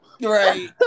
right